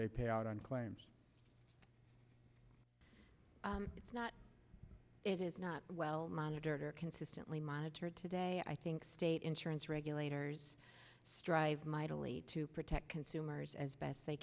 they pay out on claims it's not it is not well monitored or consistently monitored today i think state insurance regulators strive mightily to protect consumers as best they